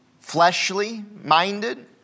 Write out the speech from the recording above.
fleshly-minded